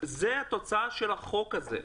זאת התוצאה של החוק הזה,